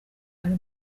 ari